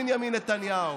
בנימין נתניהו?